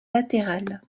latérales